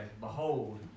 Behold